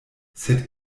sed